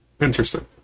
interesting